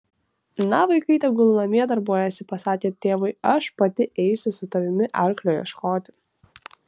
na vaikai tegul namie darbuojasi pasakė tėvui aš pati eisiu su tavimi arklio ieškoti